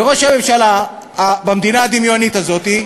וראש הממשלה במדינה הדמיונית הזאת,